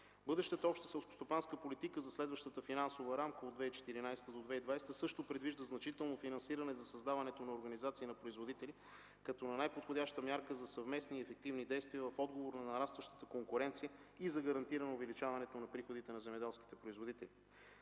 Бъдещата Обща селскостопанска политика за следващата финансова рамка от 2014–2020 г. също предвижда значително финансиране за създаването на организации на производители като най-подходяща мярка за съвместни и ефективни действия в отговор на нарастващата конкуренция и за гарантирано увеличаване на приходите на земеделските производители.